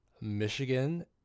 Michigan